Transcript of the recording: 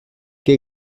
qué